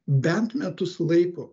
bent metus laiko